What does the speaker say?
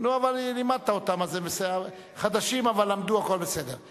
אז אנחנו מסבירים להם.